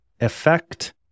Effect